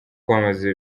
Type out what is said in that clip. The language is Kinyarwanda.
kwamamaza